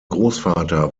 großvater